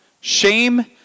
shame